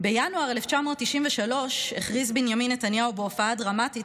בינואר 1993 הכריז בנימין נתניהו בהופעה דרמטית